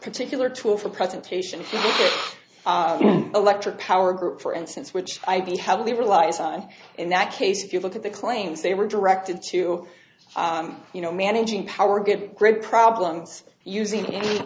particular tool for presentation electric power group for instance which i'd be heavily relies on in that case if you look at the claims they were directed to you know managing power get great problems using a